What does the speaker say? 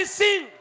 sing